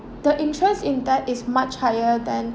the interest in that is much higher than